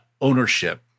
ownership